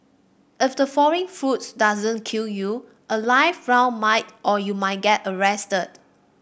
if the falling fruit doesn't kill you a live round might or you might get arrested